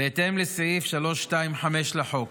בהתאם לסעיף 325 לחוק,